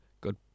good